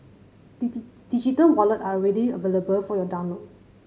digital wallet are already available for your download